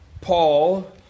Paul